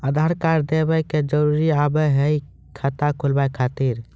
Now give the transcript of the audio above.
आधार कार्ड देवे के जरूरी हाव हई खाता खुलाए खातिर?